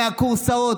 מהכורסאות,